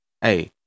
Hey